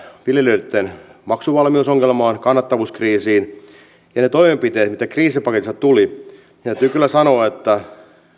viljelijöitten maksuvalmiusongelmaan kannattavuuskriisiin ne toimenpiteet mitä kriisipaketissa tuli täytyy kyllä sanoa että